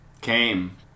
came